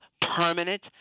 permanent